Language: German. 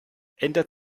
ändert